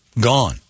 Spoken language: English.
Gone